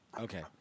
Okay